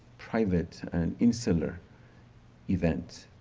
private and insular event,